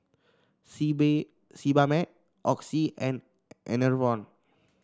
Sebamed Oxy and Enervon